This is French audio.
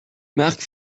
marc